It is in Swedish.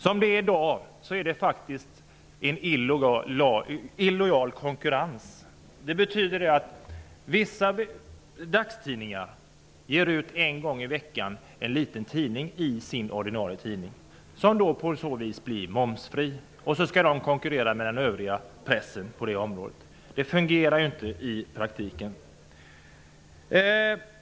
I dag råder det faktiskt en illojal konkurrens. Vissa dagstidningar ger en gång i veckan ut en liten tidning i sin ordinarie tidning, som på så vis blir momsbefriad. Sedan skall denna tidning konkurrera med den övriga pressen på området. Det funger ju inte i praktiken.